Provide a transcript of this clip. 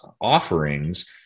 offerings